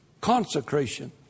consecration